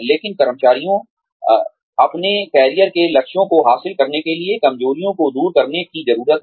लेकिन कर्मचारियों अपने करियर के लक्ष्यों को हासिल करने के लिए कमजोरियों को दूर करने की जरूरत है